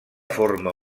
forma